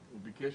בבקשה.